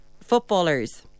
footballers